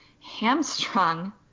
hamstrung